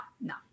no